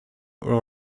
will